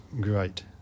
great